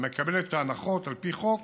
המקבלת את ההנחות על פי חוק